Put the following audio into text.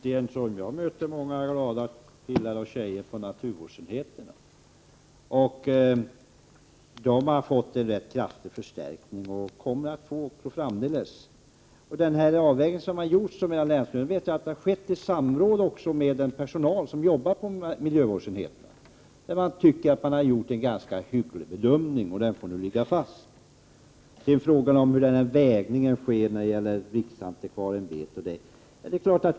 Herr talman! Jag möter många glada killar och tjejer på naturvårdsenheterna. De har fått en rätt kraftig förstärkning, och de kommer även framdeles att få en sådan förstärkning. Jag vet att den avvägning som har gjorts när det gäller resursförstärkningarna till länsstyrelserna skett i samråd med den personal som arbetar på miljövårdsenheterna. Där anser man att det har gjorts en ganska hygglig bedömning. Den bedömningen får nu gälla. Sedan till frågan om hur en avvägning skall ske när det gäller de län som prioriterats av riksantikvarieämbetet.